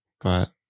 But-